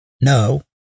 no